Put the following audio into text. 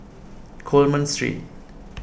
Coleman Street